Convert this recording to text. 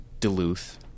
Duluth